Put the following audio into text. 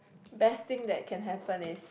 best thing that can happen is